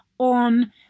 on